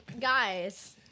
guys